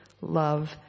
love